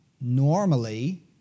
normally